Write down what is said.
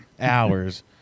hours